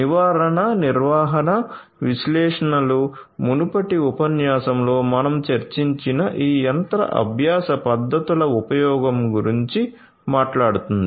నివారణ నిర్వహణ విశ్లేషణలు మునుపటి ఉపన్యాసంలో మనం చర్చించిన ఈ యంత్ర అభ్యాస పద్ధతుల ఉపయోగం గురించి మాట్లాడుతుంది